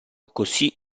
così